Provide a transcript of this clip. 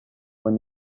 when